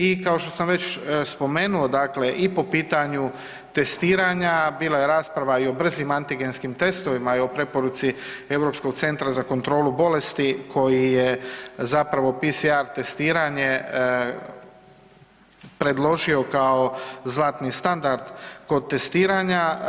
I kao što sam već spomenuo, dakle i po pitanju testiranja, bila je rasprava i o brzim antigenskim testovima i o preporuci Europskog centra za kontrolu bolesti koji je zapravo PCR testiranje predložio kao zlatni standard kod testiranja.